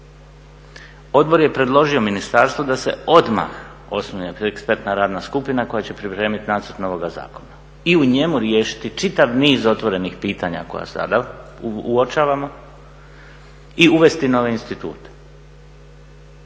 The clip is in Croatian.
Odbor je predložio ministarstvu da se odmah osnuje ekspertna radna skupina koja će pripremiti nacrt novoga zakona i u njemu riješiti čitav niz otvorenih pitanja koja sada uočavamo i uvesti nove institute.